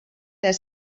their